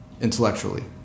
intellectually